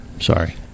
sorry